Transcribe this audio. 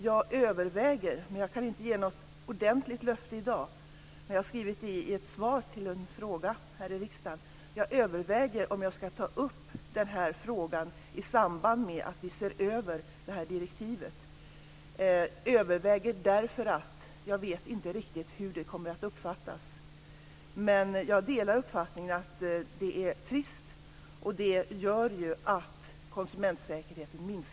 Jag överväger - men jag kan inte ge något ordentligt löfte i dag - om jag ska ta upp denna fråga i samband med att vi ser över direktivet. Jag har också skrivit detta i ett svar till en fråga här i riksdagen. Jag säger att jag överväger det därför att jag inte riktigt vet hur detta kommer att uppfattas. Jag delar uppfattningen att detta är trist. Det gör ju också att konsumentsäkerheten minskar.